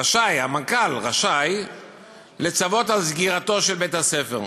רשאי המנכ"ל לצוות על סגירתו של בית-הספר.